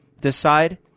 decide